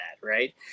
right